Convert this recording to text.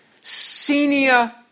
senior